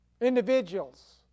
individuals